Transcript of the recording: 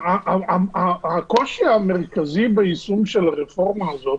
-- הקושי המרכזי ביישום של הרפורמה הזאת